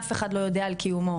אף אחד לא יודע על קיומו.